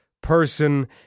Person